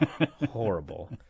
Horrible